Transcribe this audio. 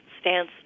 stance